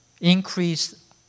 increase